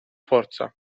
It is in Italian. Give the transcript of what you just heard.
forza